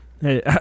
Hey